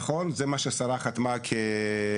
נכון, זה מה שהשרה חתמה כצו.